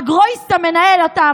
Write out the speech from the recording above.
א-גרויסע מנהל אתה,